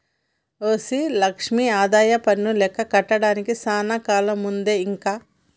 OC Lakshmi ఆదాయపన్ను లెక్క కట్టడానికి సానా కాలముందే ఇంక